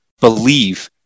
believe